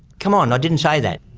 come on. i didn't say that.